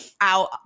out